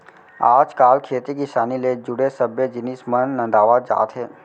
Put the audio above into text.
आज काल खेती किसानी ले जुड़े सब्बे जिनिस मन नंदावत जात हें